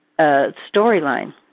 storyline